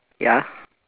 ya